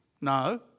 No